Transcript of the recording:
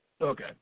Okay